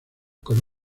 con